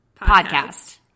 podcast